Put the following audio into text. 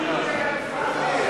נמנע חנין